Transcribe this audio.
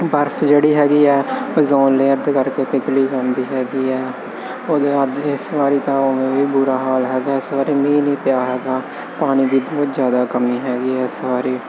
ਬਰਫ ਜਿਹੜੀ ਹੈਗੀ ਆ ਓਜ਼ੋਨ ਲੇਅਰ ਦੇ ਕਰਕੇ ਪਿਘਲੀ ਜਾਂਦੀ ਹੈਗੀ ਹੈ ਉਹਦੇ ਅੱਜ ਇਸ ਵਾਰੀ ਤਾਂ ਉਵੇਂ ਵੀ ਬੁਰਾ ਹਾਲ ਹੈਗਾ ਇਸ ਵਾਰੀ ਮੀਂਹ ਨਹੀਂ ਪਿਆ ਹੈਗਾ ਪਾਣੀ ਦੀ ਬਹੁਤ ਜ਼ਿਆਦਾ ਕਮੀ ਹੈਗੀ ਹੈ ਸਾਰੀ